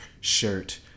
shirt